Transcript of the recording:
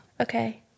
Okay